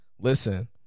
Listen